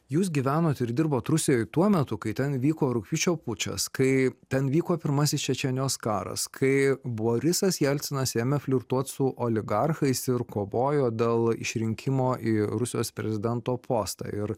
jūs gyvenot ir dirbot rusijoj tuo metu kai ten vyko rugpjūčio pučas kai ten vyko pirmasis čečėnijos karas kai borisas jelcinas ėmė flirtuot su oligarchais ir kovojo dėl išrinkimo į rusijos prezidento postą ir